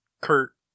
Kurt